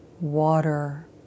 water